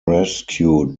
rescued